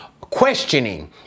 questioning